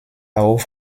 auch